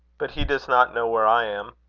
but he does not know where i am.